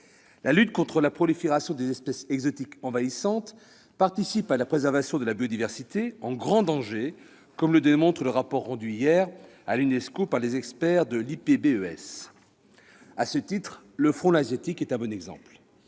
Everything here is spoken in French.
La lutte contre la prolifération des espèces exotiques envahissantes participe à la préservation de la biodiversité, en grand danger comme le démontre le rapport rendu hier à l'Unesco par les experts de l'IPBES. À ce titre, le frelon asiatique est un bon exemple.